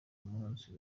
munsi